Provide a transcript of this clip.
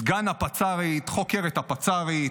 סגן הפצ"רית חוקר את הפצ"רית.